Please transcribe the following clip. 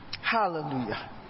hallelujah